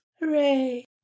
Hooray